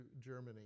Germany